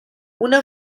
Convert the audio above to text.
una